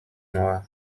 noire